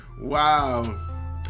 wow